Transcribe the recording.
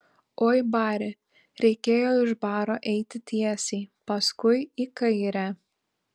oi bari reikėjo iš baro eiti tiesiai paskui į kairę